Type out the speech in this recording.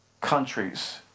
Countries